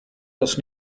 das